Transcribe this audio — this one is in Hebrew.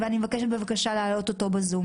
אני מבקשת להעלות אותו בזום